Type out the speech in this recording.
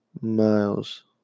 miles